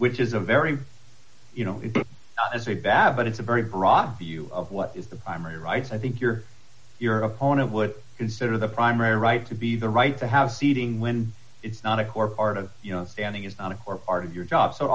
which is a very you know it is a bad but it's a very broad view of what is the primary right i think your your opponent would consider the primary right to be the right to have seating when it's not a core part of you know standing is a core part of your job so